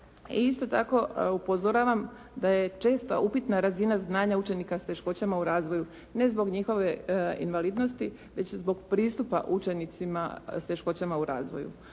isto tako upozoravam da je česta upitna razina znanja učenika s teškoćama u razvoju, ne zbog njihove invalidnosti već zbog pristupa učenicima s teškoćama u razvoju.